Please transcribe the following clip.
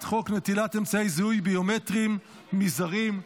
חוק נטילת אמצעי זיהוי ביומטריים מזרים,